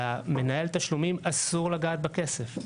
למנהל התשלומים אסור לגעת בכסף,